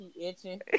Itching